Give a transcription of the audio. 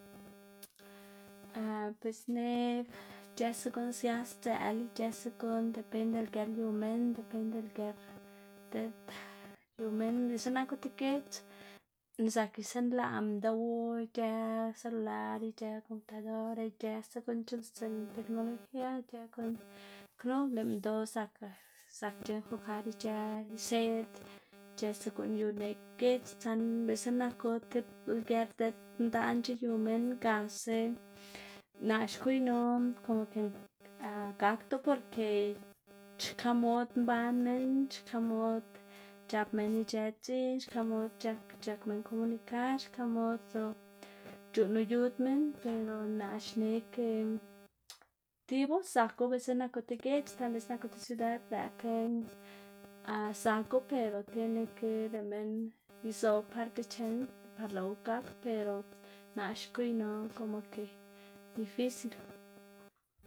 pues ne'g ic̲h̲ësa guꞌn sia sdzëꞌla, ic̲h̲ësa guꞌn depende lger yu minn, depende lger diꞌt yu biꞌltsa naku ti giedz, zak isunlaꞌ minndoꞌ ic̲h̲ë celular ic̲h̲ë computadora ic̲h̲ësa guꞌn c̲h̲uꞌnnstsiꞌn tecnología ic̲h̲ë guꞌn knu lëꞌ minndoꞌ zak zakc̲h̲a nfokar ic̲h̲ë iseꞌd, ic̲h̲ësa guꞌn yu neꞌg giedz saꞌnda biꞌltsa naku ti lger diꞌt ndaꞌnc̲h̲a yu minn gasa, naꞌ xgwiynu komo ke gakdo porke xka mod mban minn, xka mod c̲h̲ap minn ic̲h̲ë dziꞌn, xka mod c̲h̲ak c̲h̲ak minn komunicar xka mod lo c̲h̲uꞌnnu yu minn, pero naꞌ xne ke tibu zaku biꞌltsa naku tib giedz saꞌnda biꞌltsa naku ti ciudad lëꞌkga zaku ver tiene ke lëꞌ minn izoꞌb parte chen par lëꞌwu gak pero naꞌ xgwiynu komo ke difícil.